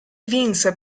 vinse